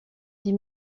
dix